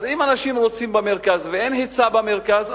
אם אנשים רוצים במרכז ואין היצע במרכז,